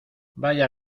vaya